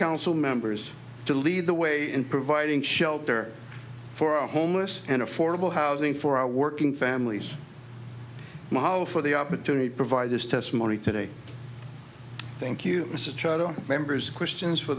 council members to lead the way in providing shelter for a homeless and affordable housing for our working families my how for the opportunity to provide this testimony today thank you mr trotter members questions for